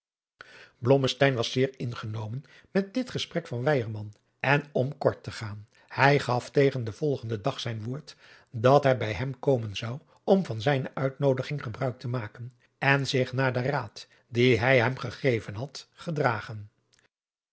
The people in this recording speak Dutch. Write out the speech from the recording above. was zeer ingenomen met dit gesprek van weyerman en om kort te gaan hij gaf tegen den volgenden dag zijn woord dat hij bij hem komen zou om van zijne uitnoodiging gebruik maken en zich naar den raad dien hij hem gegeven had gedragen